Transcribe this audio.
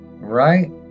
right